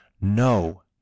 No